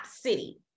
City